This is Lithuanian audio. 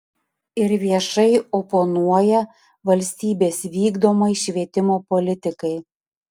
ir viešai oponuoja valstybės vykdomai švietimo politikai